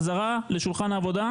בוקר טוב לכל האורחים,